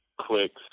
clicks